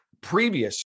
previous